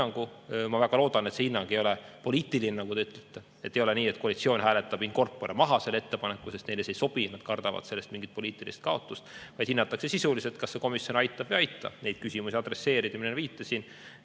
Ma väga loodan, et see hinnang ei ole poliitiline, nagu te ütlete, et ei ole nii, et koalitsioon hääletabin corporemaha selle ettepaneku, sest neile see ei sobi ja nad kardavad sellest mingit poliitilist kaotust, vaid hinnatakse sisuliselt, kas see komisjon aitab või ei aita adresseerida neid küsimusi,